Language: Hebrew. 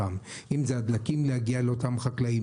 אם זה הדלקים להגיע לאותם חקלאים,